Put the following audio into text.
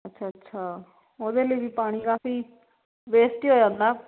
ਅੱਛਾ ਅੱਛਾ ਉਹਦੇ ਲਈ ਵੀ ਪਾਣੀ ਕਾਫ਼ੀ ਵੇਸਟ ਹੀ ਹੋ ਜਾਂਦਾ